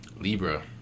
Libra